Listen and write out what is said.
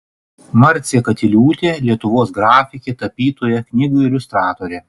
marcė katiliūtė lietuvos grafikė tapytoja knygų iliustratorė